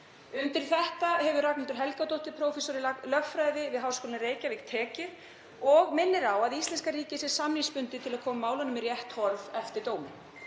Undir þetta hefur Ragnhildur Helgadóttir, prófessor í lögfræði við Háskólann í Reykjavík, tekið og minnir á að íslenska ríkið sé samningsbundið til að koma málunum í rétt horf eftir dóminn.